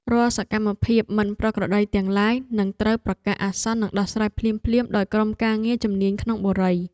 រាល់សកម្មភាពមិនប្រក្រតីទាំងឡាយនឹងត្រូវប្រកាសអាសន្ននិងដោះស្រាយភ្លាមៗដោយក្រុមការងារជំនាញក្នុងបុរី។